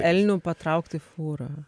elnių patraukti fūrą